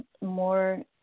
More